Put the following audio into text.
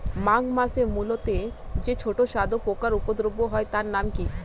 মাঘ মাসে মূলোতে যে ছোট সাদা পোকার উপদ্রব হয় তার নাম কি?